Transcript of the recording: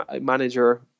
manager